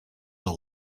the